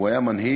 הוא היה מנהיג.